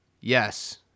Yes